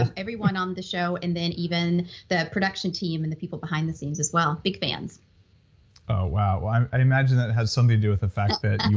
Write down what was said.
everyone on the show, and then even the production team and the people behind the scenes as well, big fans oh, wow, i imagine that has something to do with the fact that and